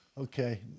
Okay